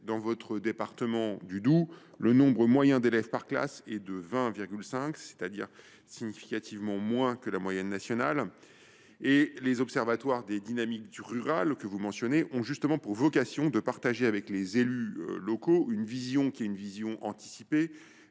Dans votre département du Doubs, le nombre moyen d’élèves par classe est de 20,5 : il est significativement inférieur à la moyenne nationale. Les observatoires des dynamiques rurales, que vous mentionnez, ont justement pour vocation de partager avec les élus locaux une vision anticipée,